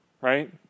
right